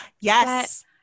Yes